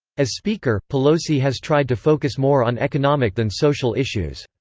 as speaker, pelosi has tried to focus more on economic than social issues.